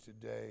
today